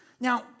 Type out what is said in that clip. Now